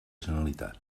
generalitat